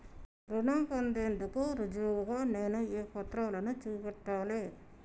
రుణం పొందేందుకు రుజువుగా నేను ఏ పత్రాలను చూపెట్టాలె?